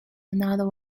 another